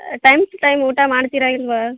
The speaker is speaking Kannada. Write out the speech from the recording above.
ಟೈಮ್ ಟು ಟೈಮ್ ಊಟ ಮಾಡ್ತೀರಾ ಇಲ್ಲವಾ